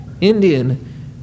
Indian